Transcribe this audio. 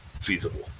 feasible